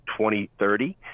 2030